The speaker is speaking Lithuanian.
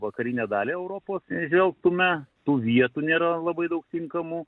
vakarinę dalį europos žvelgtume tų vietų nėra labai daug tinkamų